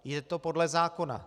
Je to podle zákona.